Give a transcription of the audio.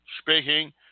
Speaking